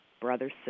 brothers